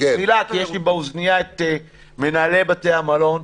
כי באוזניה שלי מנהלי בתי המלון.